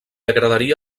agradaria